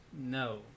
no